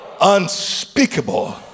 unspeakable